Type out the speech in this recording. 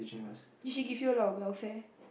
did she give you a lot of welfare